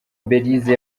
belise